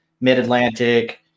Mid-Atlantic –